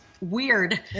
weird